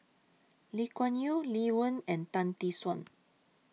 Lee Kuan Yew Lee Wen and Tan Tee Suan